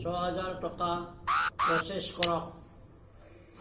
ছয় হাজাৰ টকা প্ৰচেছ কৰক